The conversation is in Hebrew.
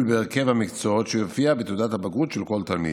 בהרכב המקצוע שיופיע בתעודת הבגרות של כל תלמיד.